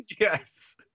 Yes